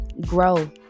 grow